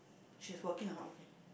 she's working or not working